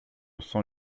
cent